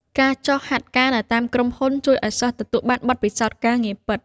ការចុះហាត់ការនៅតាមក្រុមហ៊ុនជួយឱ្យសិស្សទទួលបានបទពិសោធន៍ការងារពិត។